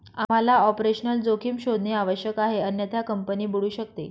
आम्हाला ऑपरेशनल जोखीम शोधणे आवश्यक आहे अन्यथा कंपनी बुडू शकते